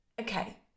Okay